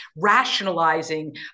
rationalizing